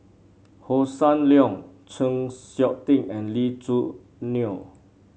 Hossan Leong Chng Seok Tin and Lee Choo Neo